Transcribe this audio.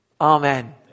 Amen